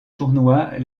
tournoi